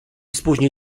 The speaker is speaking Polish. spóźni